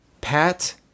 Pat